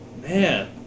man